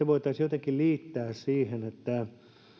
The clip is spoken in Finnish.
voitaisiin jotenkin liittää siihen että